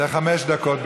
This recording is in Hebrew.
לחמש דקות.